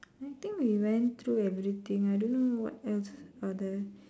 I think we went through everything I don't know what else are there